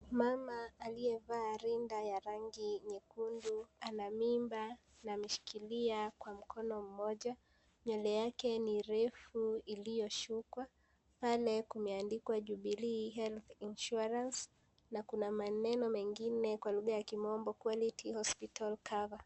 Mama aliyefaa rinda la rangi nyekundu ana mimba na ameshikilia kwa mkono moja, nywele yake ni refu iliyoshukwa pale kumeandikwa Jubilee health insurance na kuna maneno mengine kwa lugha ya kimombo quality hospital cover